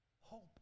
hope